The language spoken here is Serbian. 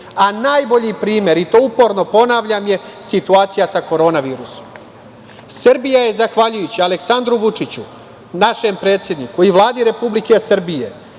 Najbolji primer i to uporno ponavljam je situacija sa korona virusom. Srbija je zahvaljujući Aleksandru Vučiću, našem predsedniku i Vladi Republike Srbije